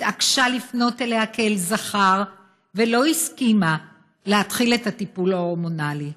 התעקשה לפנות אליה כאל זכר ולא הסכימה להתחיל את הטיפול ההורמונלי.